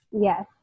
Yes